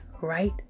right